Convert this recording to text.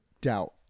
doubt